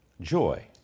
joy